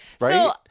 right